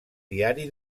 diari